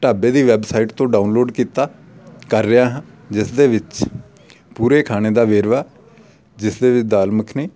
ਢਾਬੇ ਦੀ ਵੈੱਬਸਾਈਟ ਤੋਂ ਡਾਊਨਲੋਡ ਕੀਤਾ ਕਰ ਰਿਹਾ ਹਾਂ ਜਿਸ ਦੇ ਵਿੱਚ ਪੂਰੇ ਖਾਣੇ ਦਾ ਵੇਰਵਾ ਜਿਸ ਦੇ ਵਿੱਚ ਦਾਲ ਮੱਖਣੀ